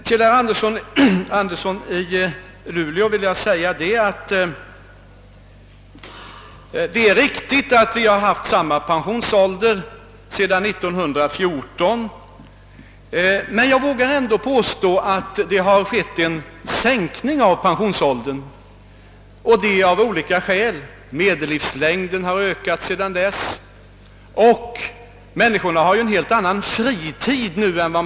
Till herr Andersson i Luleå vill jag säga, att det är riktigt att vi har haft samma pensionsålder sedan 1914. Men jag vågar ändå påstå att pensionsåldern sänkts. Detta av olika skäl, medellivslängden har ökat och människorna har en helt annan fritid nu än då.